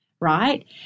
right